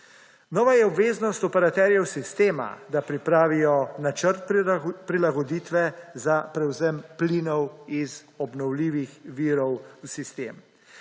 Nova je obveznost operaterjev sistema, da pripravijo načrt prilagoditve za prevzem plinov iz obnovljivih virov v sistem.